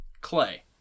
Clay